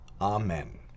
Amen